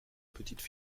petite